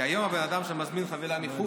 כי היום בן אדם שמזמין חבילה מחו"ל,